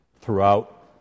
throughout